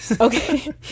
Okay